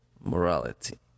morality